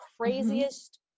craziest